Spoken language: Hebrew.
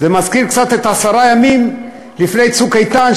זה מזכיר קצת את עשרת הימים לפני "צוק איתן",